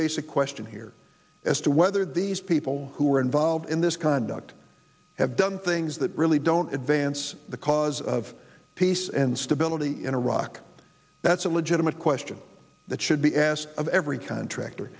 basic question here as to whether these people who are involved in this conduct have done things that really don't advance the cause of peace and stability in iraq that's a legitimate question that should be asked of every contractor